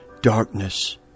darkness